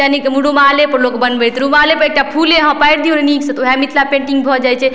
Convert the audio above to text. या नहि रुमालेपर लोक बनबैत रुमालेपर एकटा फूले ने अहाँ पारि दियौ नीकसँ तऽ वएह मिथिला पेन्टिंग भऽ जाइ छै